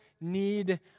need